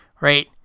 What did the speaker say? right